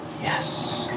Yes